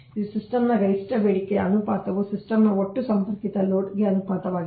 ಇದು ಸಿಸ್ಟಮ್ನ ಗರಿಷ್ಟ ಬೇಡಿಕೆಯ ಅನುಪಾತವು ಸಿಸ್ಟಮ್ನ ಒಟ್ಟು ಸಂಪರ್ಕಿತ ಲೋಡ್ಗೆ ಅನುಪಾತವಾಗಿದೆ